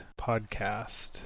podcast